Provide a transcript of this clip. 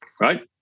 right